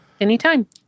Anytime